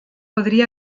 podria